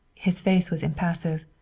his face was impassive.